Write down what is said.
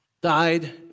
died